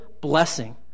blessing